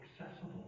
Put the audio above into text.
accessible